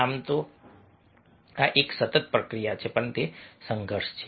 આમ તો આ એક સતત પ્રક્રિયા છે પણ સંઘર્ષ છે